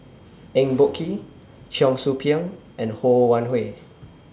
Eng Boh Kee Cheong Soo Pieng and Ho Wan Hui